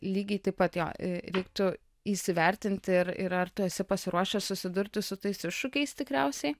lygiai taip pat jo reiktų įsivertinti ir ir ar tu esi pasiruošęs susidurti su tais iššūkiais tikriausiai